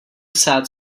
sat